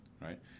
right